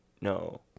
No